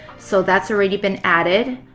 so that's already been added.